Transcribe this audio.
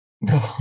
No